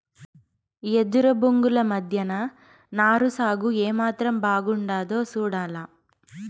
ఎదురు బొంగుల మద్దెన నారు సాగు ఏమాత్రం బాగుండాదో సూడాల